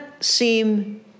seem